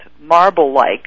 marble-like